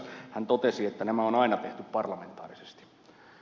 hän totesi että nämä on aina tehty parlamentaarisesti